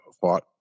fought